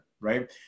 right